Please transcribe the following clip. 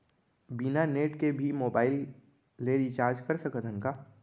बिना नेट के भी मोबाइल ले रिचार्ज कर सकत हन का?